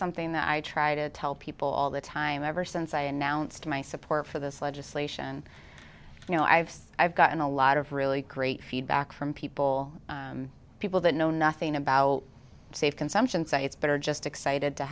something that i try to tell people all the time ever since i announced my support for this legislation you know i've i've gotten a lot of really great feedback from people people that know nothing about safe consumption so it's better just excited to